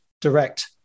direct